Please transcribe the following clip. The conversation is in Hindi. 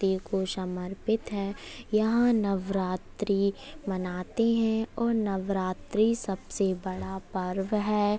को समर्पित है यहाँ नवरात्रि मानते हैं और नवरात्रि सबसे बड़ा पर्व है